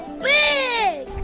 big